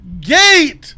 Gate